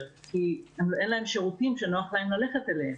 כי אין להם שירותים שנוח להם ללכת אליהם,